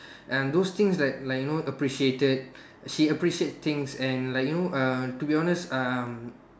and those things like like you know appreciated she appreciated things and like you know uh to be honest um